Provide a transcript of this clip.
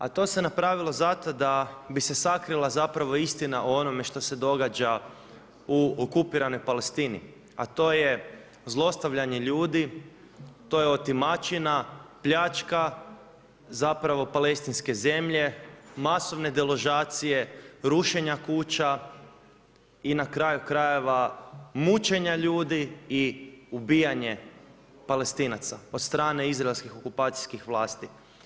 A to se napravilo zato da bi se sakrila zapravo istina o onome što se događa u okupiranoj Palestini a to je zlostavljanje ljudi, to je otimačina, pljačka, zapravo Palestinske zemlje, masovne deložacije, rušenja kuća i na kraju krajeva mučenja ljudi i ubijanje Palestinaca od strane izraelskih okupacijskih vlasti.